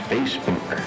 Facebook